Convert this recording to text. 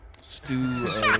stew